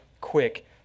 quick